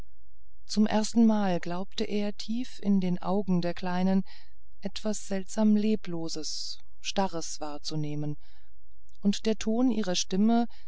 zum erstenmal glaubte er tief in den augen der kleinen etwas seltsam lebloses starres zu gewahren und der ton ihrer stimme